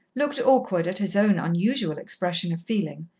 looked awkward at his own unusual expression of feeling,